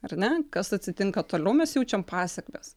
ar ne kas atsitinka toliau mes jaučiam pasekmes